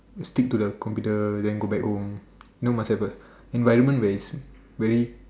stick to the computer then go back home know must have a environment where is very